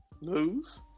Lose